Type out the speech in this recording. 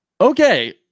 okay